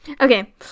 Okay